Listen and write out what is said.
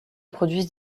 produisent